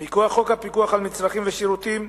מכוח חוק הפיקוח על מצרכים ושירותים,